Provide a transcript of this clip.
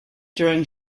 during